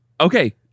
Okay